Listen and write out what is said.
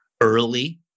early